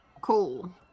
Cool